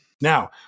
Now